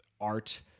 art